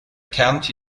county